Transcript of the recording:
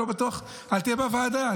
אל תהיה בוועדה,